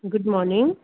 good morning